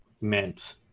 meant